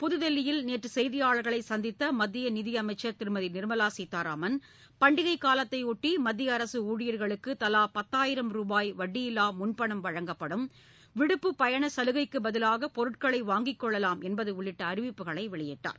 புதுதில்லியில் நேற்று செய்தியாளர்களை சந்தித்த மத்திய நிதியமைச்சர் திருமதி நிர்மலா சீதாராமன் பண்டிகைக் காலத்தையொட்டி மத்திய அரசு ஊழியர்களுக்கு தலா பத்தாயிரம் ரூபாய் வட்டியில்லா முன்பணம் வழங்கப்படும் விடுப்பு பயண சலுகைக்குப் பதிவாக பொருட்களை வாங்கிக் கொள்ளலாம் என்பது உள்ளிட்ட அறிவிப்புகளை வெளியிட்டார்